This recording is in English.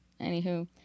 Anywho